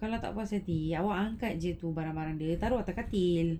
kalau tak positif awak angkat jer barang barang dia taruk atas katil